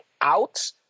out